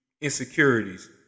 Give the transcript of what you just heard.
insecurities